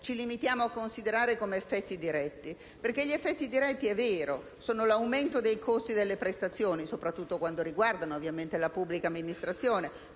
ci limitiamo a considerare come effetti diretti. Gli effetti diretti, è vero, sono gli aumenti dei costi delle prestazioni, soprattutto quando riguardano la pubblica amministrazione